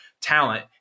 talent